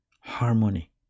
harmony